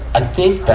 i think that,